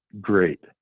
great